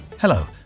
Hello